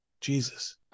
Jesus